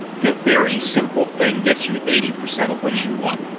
the very simple thing gets you eighty percent of what you want.